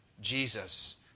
Jesus